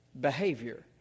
behavior